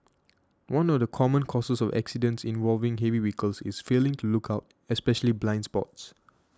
one of the common causes of accidents involving heavy vehicles is failing to look out especially blind spots